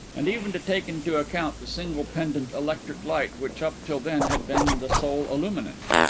and even to take into account the single pendent electric light which up till then had been the sole illuminant.